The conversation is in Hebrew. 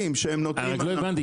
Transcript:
אני לא הבנתי,